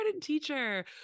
teacher